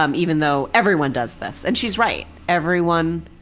um even though everyone does this. and she's right, everyone